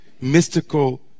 mystical